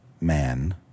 man